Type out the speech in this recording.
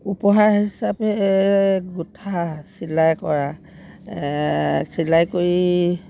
উপহাৰ হিচাপে গোঁঠা চিলাই কৰা চিলাই কৰি